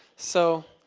so,